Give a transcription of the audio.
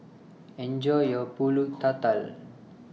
Enjoy your Pulut Tatal